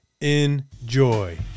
Enjoy